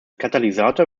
katalysator